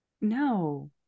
no